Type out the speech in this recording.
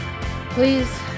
Please